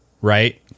right